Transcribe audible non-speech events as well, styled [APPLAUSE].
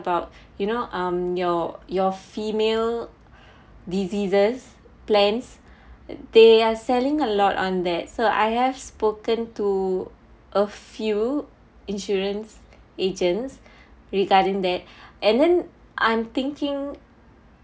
about you know um your your female diseases plans they are selling a lot on that so I have spoken to a few insurance agents regarding that [BREATH] and then I'm thinking